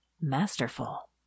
masterful